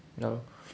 ya lor